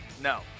no